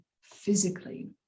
physically